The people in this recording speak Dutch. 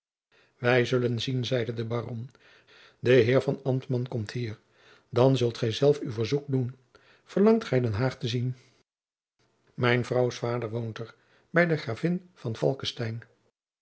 wij zullen zien zeide de baron de heer ambtman komt hier dan kunt gij zelf uw verzoek doen verlangt gij den haag te zien mijn vrouws vaôder woont er bij de gravin van